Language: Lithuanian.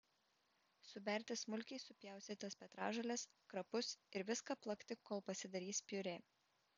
suberti smulkiai supjaustytas petražoles krapus ir viską plakti kol pasidarys piurė